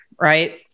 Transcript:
right